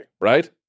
right